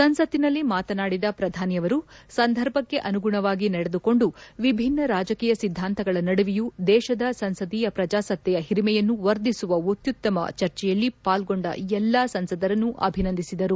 ಸಂಸತ್ತಿನಲ್ಲಿ ಮಾತನಾಡಿದ ಪ್ರಧಾನಿಯವರು ಸಂದರ್ಭಕ್ಕೆ ಅನುಗುಣವಾಗಿ ನಡೆದುಕೊಂಡು ವಿಭಿನ್ನ ರಾಜಕೀಯ ಸಿದ್ದಾಂತಗಳ ನಡುವೆಯೂ ದೇಶದ ಸಂಸದೀಯ ಪ್ರಜಾಸತ್ತೆಯ ಹಿರಿಮೆಯನ್ನು ವರ್ಧಿಸುವ ಅತ್ನುತ್ತಮ ಚರ್ಚೆಯಲ್ಲಿ ಪಾಲ್ಗೊಂಡ ಎಲ್ಲಾ ಎಂಪಿಗಳನ್ನು ಅಭಿನಂದಿಸಿದರು